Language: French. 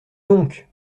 donc